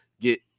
get